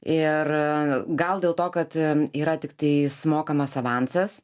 ir gal dėl to kad yra tiktai sumokamas avansas